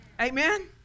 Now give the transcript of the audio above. Amen